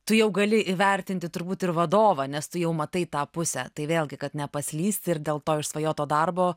tu jau gali įvertinti turbūt ir vadovą nes tu jau matai tą pusę tai vėlgi kad nepaslysti ir dėl to išsvajoto darbo